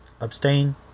Abstain